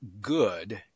good